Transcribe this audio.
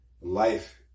Life